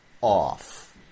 off